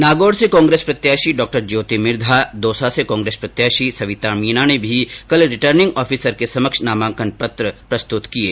नागौर से कांग्रेस प्रत्याषी डॉ ज्योति मिर्धा दौसा से कांग्रेस प्रत्याषी सविता मीणा ने भी कल रिटर्निंग ऑफिसर के समक्ष नामांकन पत्र प्रस्तुत किये